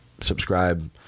subscribe